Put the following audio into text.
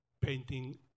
painting